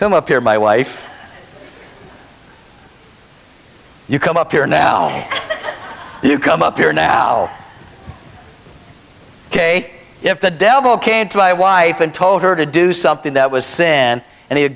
i'm up here my wife you come up here now you come up here now kate if the devil came to my wife and told her to do something that was sin and he